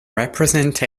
represent